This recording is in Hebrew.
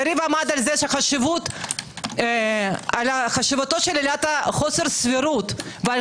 יריב עמד על זה שחשיבות עילת חוסר סבירות ועל